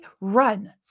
Run